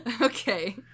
Okay